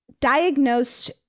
diagnosed